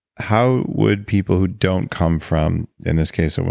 how would people who don't come from in this case, so